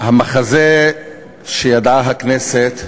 המחזה שידעה הכנסת,